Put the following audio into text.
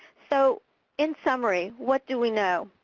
so in summary, what do we know?